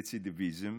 רצידיביזם,